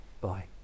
Bye